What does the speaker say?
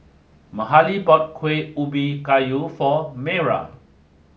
Mahalie bought Kuih Ubi Kayu for Mayra